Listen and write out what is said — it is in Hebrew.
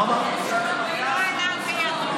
הוא אמר שלא עלה בידו,